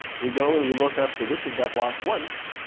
we go and we look up the width of that block once.